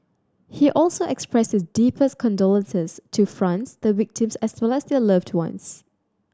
he also expressed his deepest condolences to France the victims as well as their loved ones